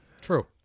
True